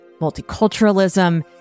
multiculturalism